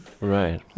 Right